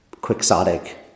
quixotic